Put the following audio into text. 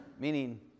Meaning